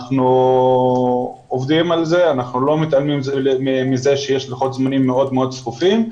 אנחנו עובדים על זה ולא מתעלמים מזה שיש לוחות זמנים מאוד מאוד צפופים.